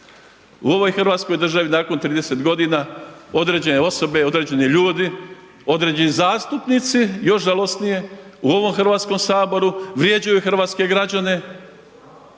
u ovoj hrvatskoj državi nakon 30 g. određene osobe, određeni ljudi, određeni zastupnici, još žalosnije, u ovom Hrvatskom saboru, vrijeđaju hrvatske građane,